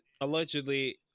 allegedly